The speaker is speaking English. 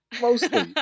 Mostly